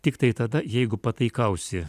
tiktai tada jeigu pataikausi